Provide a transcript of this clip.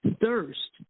thirst